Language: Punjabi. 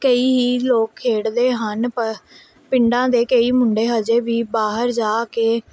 ਕਈ ਹੀ ਲੋਕ ਖੇਡਦੇ ਹਨ ਪ ਪਿੰਡਾਂ ਦੇ ਕਈ ਮੁੰਡੇ ਹਜੇ ਵੀ ਬਾਹਰ ਜਾ ਕੇ